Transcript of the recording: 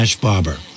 Barber